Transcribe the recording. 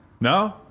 No